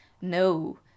No